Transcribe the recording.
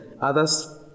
Others